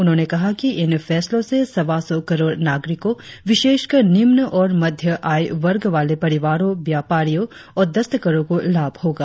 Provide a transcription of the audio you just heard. उन्होंने कहा कि इन फैसलों से सवा सौ करोड़ नागरिकों विशेषकर निम्न और मध्य आय वर्ग वाले परिवारों व्यापारियों और दस्तकारों को लाभ होगा